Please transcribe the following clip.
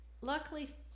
luckily